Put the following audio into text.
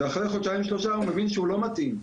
ואחרי חודשיים שלושה הוא מבין שהוא לא מתאים,